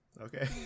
Okay